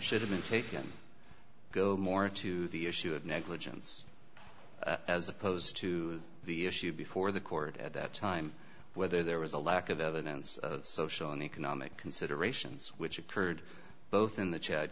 should have been taken go more to the issue of negligence as opposed to the issue before the court at that time whether there was a lack of evidence of social and economic considerations which occurred both in the cha